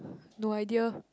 no idea